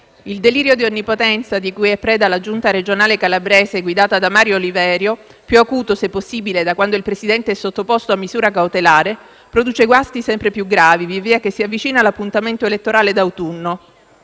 il delirio di onnipotenza di cui è preda la Giunta regionale calabrese guidata da Mario Oliverio, più acuto, se possibile, da quando il presidente è sottoposto a misura cautelare, produce guasti sempre più gravi via via che si avvicina l'appuntamento elettorale d'autunno,